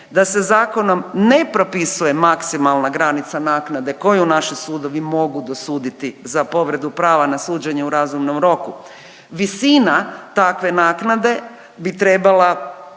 da se zakonom ne propisuje maksimalna granica naknade koju naši sudovi mogu dosuditi za povredu prava na suđenje u razumnom roku. Visina takve naknade bi trebala